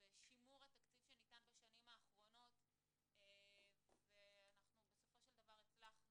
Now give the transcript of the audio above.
בשימור התקציב שניתן בשנים האחרונות ואנחנו בסופו של דבר הצלחנו,